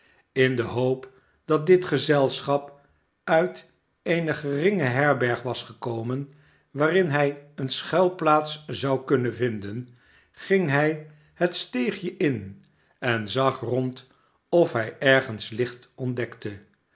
in de hoop dat dit gezelschap uit eene geringe herberg was geko men waarin hij eene schuilplaats zou kunnen vinden ging hij het steegje in en zag rond of hij ergens licht ontdekte